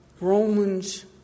Romans